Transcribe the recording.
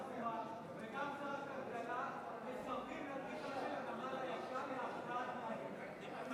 גם שר התחבורה וגם שר הכלכלה מסרבים לדרישה של הנמל הישן להשוואת תנאים.